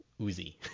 uzi